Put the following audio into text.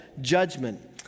judgment